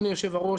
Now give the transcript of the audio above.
אדוני יושב-הראש,